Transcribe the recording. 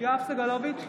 יואב סגלוביץ'